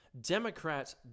democrat